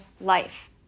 life